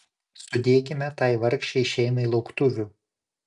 sudėkime tai vargšei šeimai lauktuvių